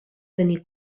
tenir